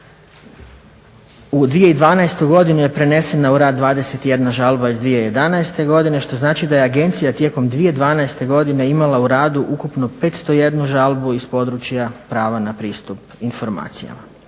U 2012. godini je preneseno u rad 21 žalba iz 2011. godine što znači da je agencija tijekom 2012. godine imala u radu ukupno 501 žalbu iz područja prava na pristup informacijama.